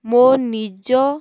ମୋ ନିଜ